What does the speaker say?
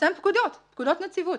לפרסם פקודות נציבות.